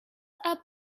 are